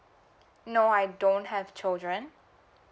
no I don't have children